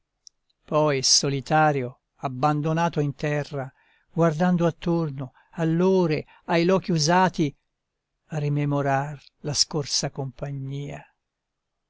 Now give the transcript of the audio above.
poi solitario abbandonato in terra guardando attorno all'ore ai lochi usati rimemorar la scorsa compagnia